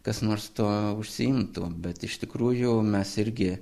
kas nors tuo užsiimtų bet iš tikrųjų mes irgi